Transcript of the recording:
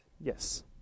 Yes